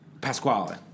Pasquale